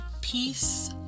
peace